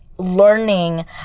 learning